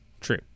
True